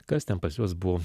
kas ten pas juos buvo